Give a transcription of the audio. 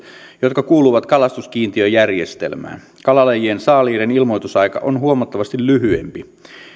jotka kuuluvat kalastuskiintiöjärjestelmään kalalajien saaliiden ilmoitusaika on huomattavasti lyhyempi